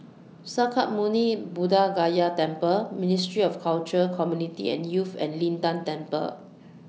Sakya Muni Buddha Gaya Temple Ministry of Culture Community and Youth and Lin Tan Temple